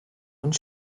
und